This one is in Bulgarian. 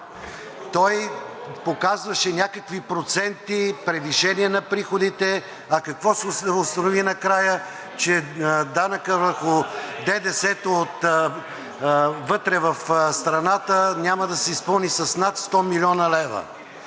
Той показваше някакви проценти превишение на приходите, а какво се установи накрая, че ДДС вътре в страната няма да се изпълни с над 100 млн. лв.